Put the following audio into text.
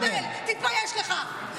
זה מחבל, תתבייש לך.